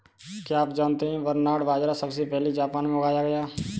क्या आप जानते है बरनार्ड बाजरा सबसे पहले जापान में उगाया गया